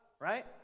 right